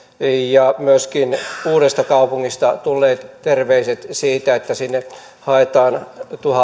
ja myöskin uudestakaupungista tulleet terveiset siitä että sinne haetaan